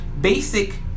basic